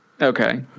Okay